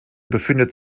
befindet